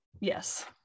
Yes